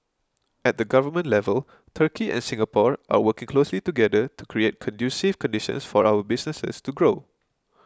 at the government level Turkey and Singapore are working closely together to create conducive conditions for our businesses to grow